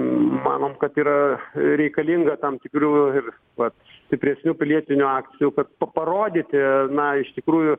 manom kad yra reikalinga tam tikrių ir vat stipresnių pilietinių akcijų kad pa parodyti na iš tikrųjų